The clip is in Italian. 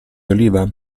oliva